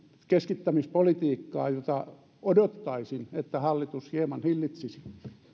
keskittämispolitiikkaa jota odottaisin että hallitus hieman hillitsisi